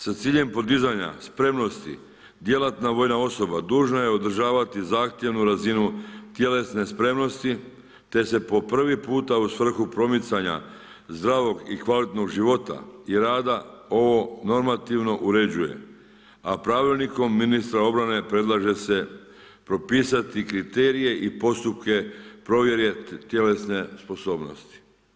Sa ciljem podizanja spremnosti djelatna vojna osoba dužna je održavati zahtjevnu razinu tjelesne spremnosti te se po prvi puta u svrhu promicanja zdravog i kvalitetnog života i rada ovo normativno uređuje, a pravilnikom ministra obrane predlaže se propisati kriterije i postupke provjere tjelesne sposobnosti.